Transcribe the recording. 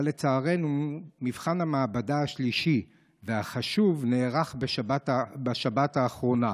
אבל לצערנו מבחן המעבדה השלישי והחשוב נערך בשבת האחרונה.